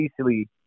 easily